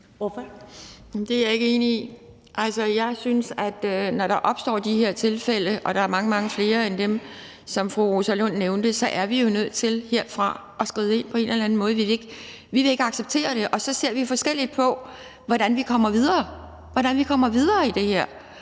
(DF): Det er jeg ikke enig i. Jeg synes, at når der opstår de her tilfælde, og der er mange, mange flere end dem, som fru Rosa Lund nævnte, er vi jo herfra nødt til at skride ind på en eller anden måde. Vi vil ikke acceptere det, og så ser vi forskelligt på, hvordan vi kommer videre i det her.